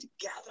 together